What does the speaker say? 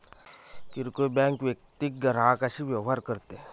किरकोळ बँक वैयक्तिक ग्राहकांशी व्यवहार करते